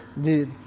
dude